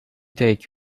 take